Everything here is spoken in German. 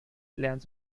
lernt